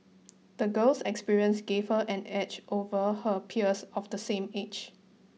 the girl's experiences gave her an edge over her peers of the same age